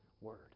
word